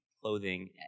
clothing